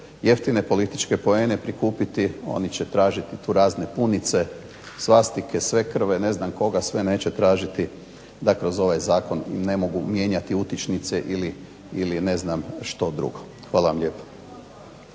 jeftine političke poene prikupiti oni će tražiti tu razne punice, svastike, svekrve, ne znam koga sve neće tražiti, da kroz ovaj zakon ne mogu mijenjati utičnice ili ne znam što drugo. Hvala vam lijepo.